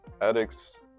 addicts